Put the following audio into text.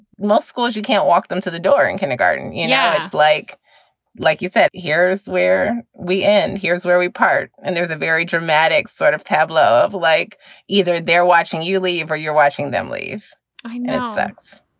most schools. you can't walk them to the door in kindergarten. you know, yeah it's like like you said, here's where we end. here's where we part. and there's a very dramatic sort of tableau of like either they're watching you leave or you're watching them leave i know it sucks,